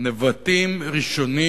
נבטים ראשונים